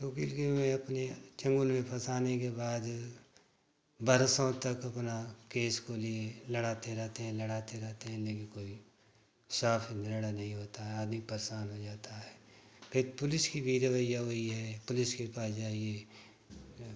वक़ील के अपने चंगुल में फँसाने के बाद जो है बरसों तक अपने केस को लिए लड़ाते रहते हैं लड़ाते रहते हैं लेकिन कोई साफ़ सुथरा नहीं होता है आदमी परेशान हो जाता है फिर पुलिस की भी रवैया वही है पुलिस के पास जाइए यह